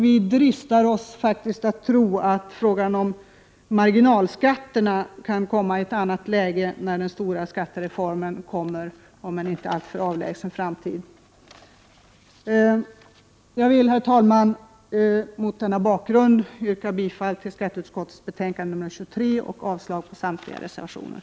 Vi dristar oss faktiskt att tro att frågan om marginalskatterna kommer i ett annat läge när den stora skattereformen genomförs i en inte alltför avlägsen framtid. Jag vill, herr talman, mot denna bakgrund yrka bifall till utskottets förslag och avslag på samtliga reservationer.